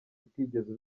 utigeze